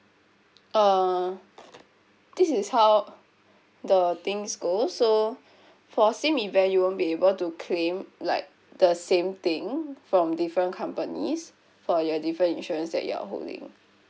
uh this is how the things go so for same event you won't be able to claim like the same thing from different companies for your different insurance that you are holding